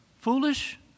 foolish